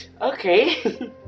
Okay